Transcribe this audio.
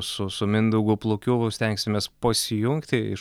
su su mindaugu plukiu stengsimės pasijungti iš